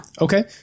Okay